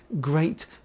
great